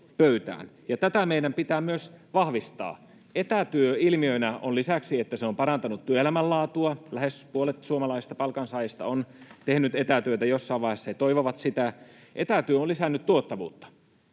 tätä meidän pitää myös vahvistaa. Etätyö ilmiönä on sen lisäksi, että se on parantanut työelämän laatua — lähes puolet suomalaisista palkansaajista on tehnyt etätyötä jossain vaiheessa, he toivovat sitä — lisännyt tuottavuutta.